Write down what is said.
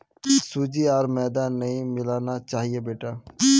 सूजी आर मैदा नई मिलाना चाहिए बेटा